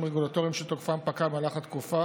רגולטוריים שתוקפם פקע במהלך התקופה